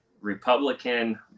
republican